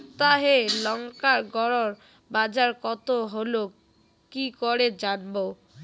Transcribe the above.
সপ্তাহে লংকার গড় বাজার কতো হলো কীকরে জানবো?